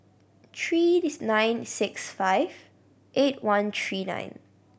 three nine six five eight one three nine